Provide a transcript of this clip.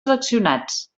seleccionats